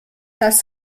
das